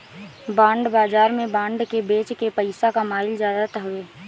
bond बाजार में bond के बेच के पईसा कमाईल जात हवे